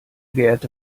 geehrte